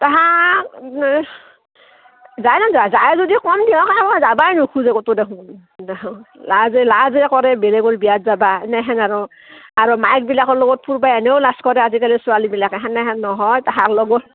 তাহাঁ যায় ন যায় যদি কম দিয়ক যাবাই নোখোজে ক'তো দেখো দে লাজে লাজে কৰে বেলেগৰ বিয়াত যাবা এনেহেন আৰু আৰু মাইকবিলাকৰ লগত ফূৰবাই এনেও লাাজ কৰে আজিকালি ছোৱালীবিলাকে সেনেহে নহয় তাহাক লগত